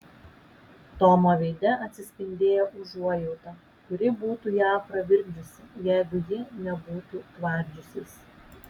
tomo veide atsispindėjo užuojauta kuri būtų ją pravirkdžiusi jeigu ji nebūtų tvardžiusis